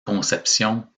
conception